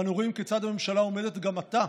ואנו רואים כיצד הממשלה עומדת גם עתה